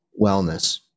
wellness